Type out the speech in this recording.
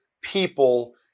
people